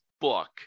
book